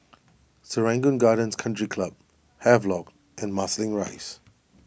Serangoon Gardens Country Club Havelock and Marsiling Rise